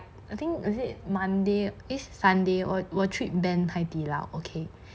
I think is it monday eh sunday 我 treat ben 海底捞 okay